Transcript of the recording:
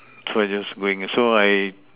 so I just go in so I